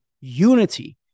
unity